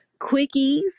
Quickies